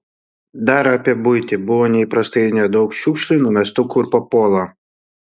dar apie buitį buvo neįprastai nedaug šiukšlių numestų kur papuola